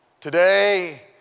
Today